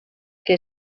que